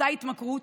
אותה התמכרות,